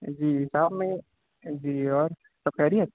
جی صاحب میں جی اور سب خیریت